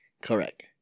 Correct